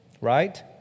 right